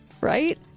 right